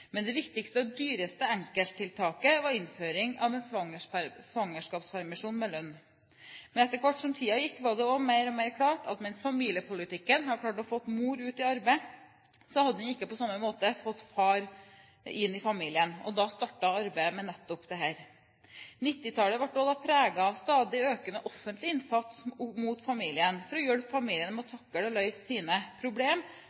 Men det viktigste og dyreste enkelttiltaket var innføring av svangerskapspermisjon med lønn. Men etter hvert som tiden gikk, ble det også mer og mer klart at mens familiepolitikken hadde klart å få mor ut i arbeid, hadde den ikke på samme måte fått far inn i familien. Da startet arbeidet med nettopp dette. 1990-tallet ble da også preget av en stadig økende offentlig innsats rettet mot familien for å hjelpe familien med å